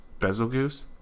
Bezelgoose